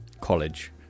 College